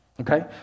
Okay